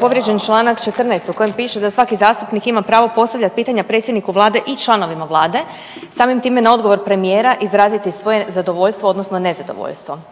povrijeđen čl. 14. u kojem piše da svaki zastupnik ima pravo postavljati pitanja predsjedniku Vlade i članovima Vlade samim time na odgovor premijera izraziti svoje zadovoljstvo odnosno nezadovoljstvo.